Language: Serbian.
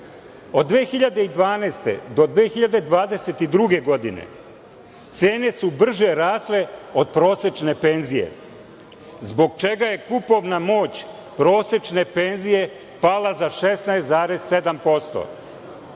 Od 2012. do 2022. godine cene su brže rasle od prosečne penzije, a zbog čega je kupovna moć prosečne penzije pala za 16,7%.